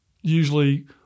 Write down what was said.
usually